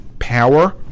power